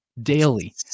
daily